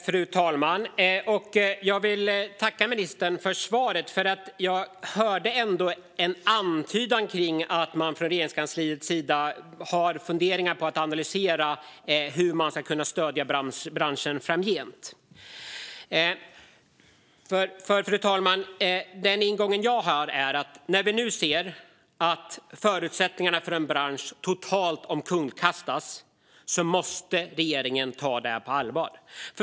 Fru talman! Jag vill tacka ministern för svaret. Jag hörde ändå en antydan om att Regeringskansliet vill analysera hur man ska stödja branschen framgent. Fru talman! Den ingång jag har är att när förutsättningarna för en bransch totalt omkullkastas måste regeringen ta frågan på allvar.